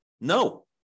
No